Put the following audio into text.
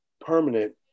permanent